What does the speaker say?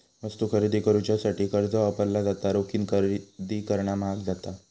वस्तू खरेदी करुच्यासाठी कर्ज वापरला जाता, रोखीन खरेदी करणा म्हाग जाता